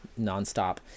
nonstop